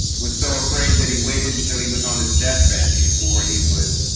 was so afraid that he waited until he was on his deathbed before he would